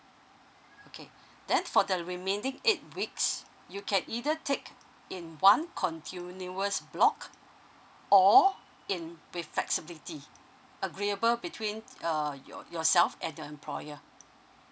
okay then for the remaining eight weeks you can either take in one continuous block or in with flexibility agreeable between uh your yourself and your employer